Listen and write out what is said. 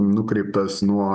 nukreiptas nuo